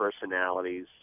personalities